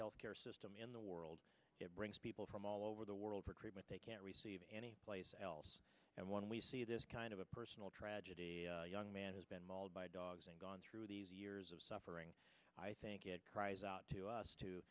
healthcare system in the world it brings people from all over the world for treatment they can't receive any place else and when we see this kind of a personal tragedy man has been mauled by dogs and gone through these years of suffering i think it cries out to us to